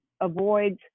avoids